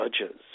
judges